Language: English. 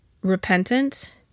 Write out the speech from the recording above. repentant